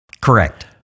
Correct